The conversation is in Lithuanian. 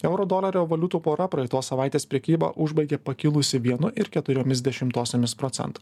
euro dolerio valiutų pora praeitos savaitės prekybą užbaigė pakilusi vienu ir keturiomis dešimtosiomis procento